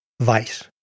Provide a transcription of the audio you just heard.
vice